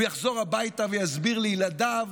הוא יחזור הביתה ויסביר לילדיו: